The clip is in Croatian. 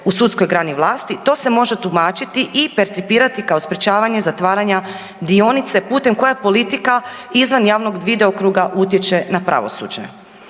u sudskoj grani vlasti to se može tumačiti i percipirati kao sprječavanje zatvaranja dionice putem koje politika izvan javnog video kruga utječe na pravosuđe.